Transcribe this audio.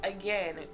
again